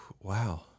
Wow